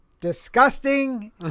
disgusting